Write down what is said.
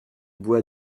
bois